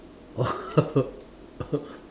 oh